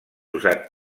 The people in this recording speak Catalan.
usat